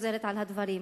חוזרת על הדברים.